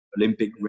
Olympic